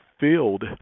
filled